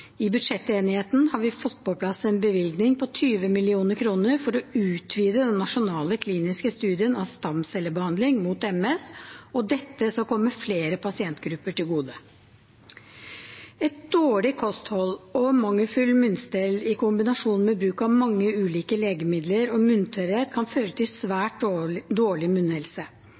I budsjettenigheten har vi fått på plass en bevilgning på 20 mill. kr for å utvide den nasjonale kliniske studien av stamcellebehandling mot MS, og dette kommer flere pasientgrupper til gode. Et dårlig kosthold og mangelfullt munnstell i kombinasjon med bruk av mange ulike legemidler og munntørrhet kan føre til svært dårlig munnhelse.